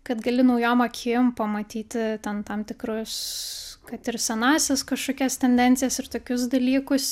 kad gali naujom akim pamatyti ten tam tikrus kad ir senąsias kažkokias tendencijas ir tokius dalykus